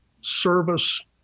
service